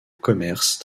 commerces